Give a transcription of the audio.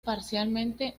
parcialmente